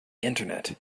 internet